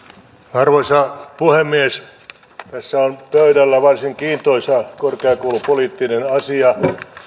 arvoisa puhemies tässä on pöydällä varsin kiintoisa korkeakoulupoliittinen asia johon